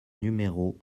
numéro